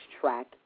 track